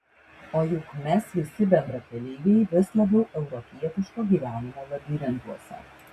o juk mes visi bendrakeleiviai vis labiau europietiško gyvenimo labirintuose